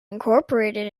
incorporated